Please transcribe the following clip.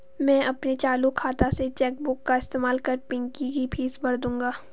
मैं अपने चालू खाता से चेक बुक का इस्तेमाल कर पिंकी की फीस भर दूंगा